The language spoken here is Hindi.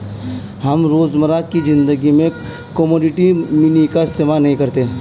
हम रोजमर्रा की ज़िंदगी में कोमोडिटी मनी का इस्तेमाल नहीं करते